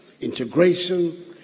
integration